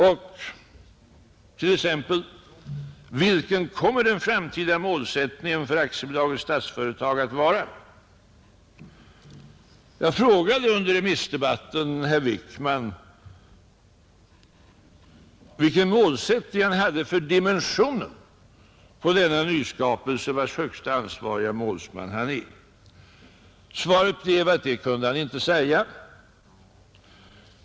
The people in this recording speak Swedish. Och t.ex. vilken kommer den framtida målsättningen för Statsföretag AB att vara? Jag frågade under remissdebatten herr Wickman vilken målsättning han hade för dimensionen på denna nyskapelse, vars högste ansvarige målsman han är. Svaret blev att det kunde han inte säga.